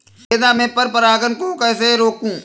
गेंदा में पर परागन को कैसे रोकुं?